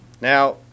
Now